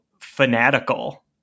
fanatical